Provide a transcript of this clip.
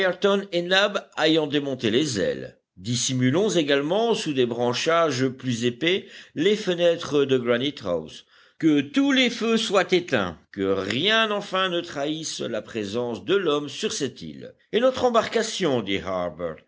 en démonter les ailes dissimulons également sous des branchages plus épais les fenêtres de granite house que tous les feux soient éteints que rien enfin ne trahisse la présence de l'homme sur cette île et notre embarcation